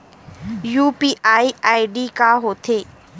UPI ID का होथे?